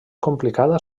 complicada